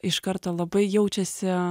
iš karto labai jaučiasi